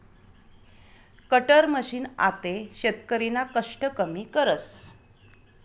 cutter machine आते शेतकरीना कष्ट कमी करस